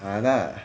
!hanna!